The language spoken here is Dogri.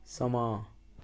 समां